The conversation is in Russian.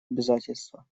обязательства